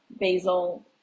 basil